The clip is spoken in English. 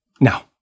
Now